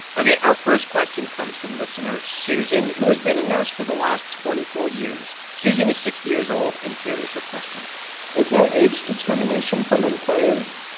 ok. our first question comes from listener susan who has been a nurse for the last twenty four years. susan is sixty years old, and here is her question is there age discrimination from employers,